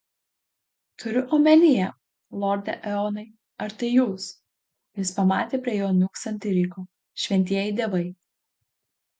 turiu omenyje lorde eonai ar tai jūs jis pamatė prie jo niūksantį ryko šventieji dievai